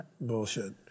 Bullshit